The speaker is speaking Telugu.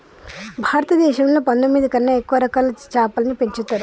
భారతదేశంలో పందొమ్మిది కన్నా ఎక్కువ రకాల చాపలని పెంచుతరు